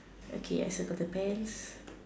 okay I circle the pants